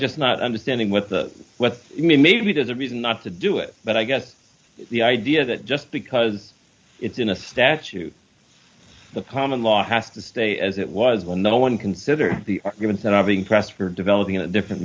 just not understanding what the what you mean maybe there's a reason not to do it but i guess the idea that just because it's in a statute the common law has to stay as it was will no one consider the arguments that are being pressed for developing a different